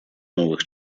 новых